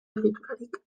egiturarik